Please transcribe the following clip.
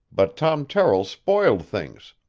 but tom terrill spoiled things.